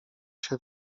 się